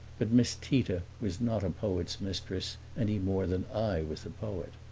but miss tita was not a poet's mistress any more than i was a poet.